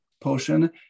potion